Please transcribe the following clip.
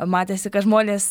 matėsi kad žmonės